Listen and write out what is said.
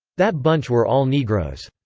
that bunch were all negroes.